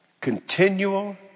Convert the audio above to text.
Continual